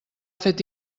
fet